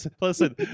listen